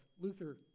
Luther